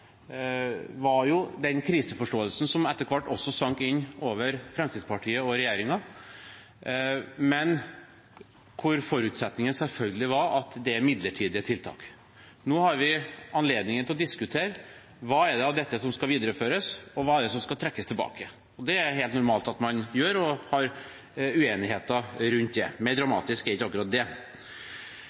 var jo den kriseforståelsen som etter hvert også sank inn over Fremskrittspartiet og regjeringen, men der forutsetningen selvfølgelig var at det var midlertidige tiltak. Nå har vi anledning til å diskutere: Hva er det av dette som skal videreføres, og hva er det som skal trekkes tilbake? Det er det helt normalt at man gjør – og har uenigheter rundt det. Mer dramatisk er ikke akkurat det.